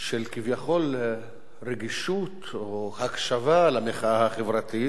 של כביכול רגישות או הקשבה למחאה החברתית,